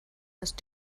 ist